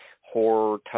horror